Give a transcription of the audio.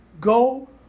Go